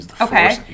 Okay